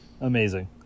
Amazing